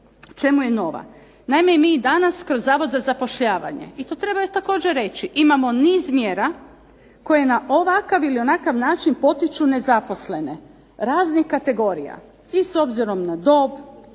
čemu je nova? Naime, mi i danas kroz Zavod za zapošljavanje, i to treba također reći, imamo niz mjera koje na ovakav ili onakav način potiču nezaposlene raznih kategorija i s obzirom na dob,